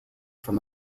from